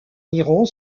iran